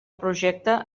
projecte